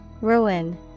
Ruin